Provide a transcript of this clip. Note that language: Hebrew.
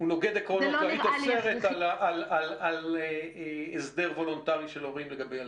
היית אוסרת על הסדר וולונטרי של הורים לגבי ילדיהם.